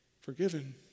Forgiven